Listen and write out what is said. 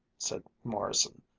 said morrison,